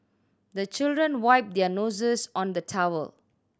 the children wipe their noses on the towel